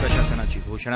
प्रशासनाची घोषणा